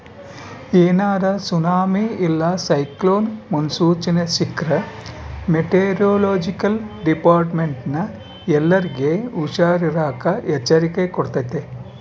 ಏನಾರ ಸುನಾಮಿ ಇಲ್ಲ ಸೈಕ್ಲೋನ್ ಮುನ್ಸೂಚನೆ ಸಿಕ್ರ್ಕ ಮೆಟೆರೊಲೊಜಿಕಲ್ ಡಿಪಾರ್ಟ್ಮೆಂಟ್ನ ಎಲ್ಲರ್ಗೆ ಹುಷಾರಿರಾಕ ಎಚ್ಚರಿಕೆ ಕೊಡ್ತತೆ